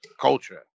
culture